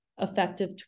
effective